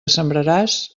sembraràs